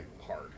hard